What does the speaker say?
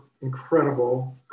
incredible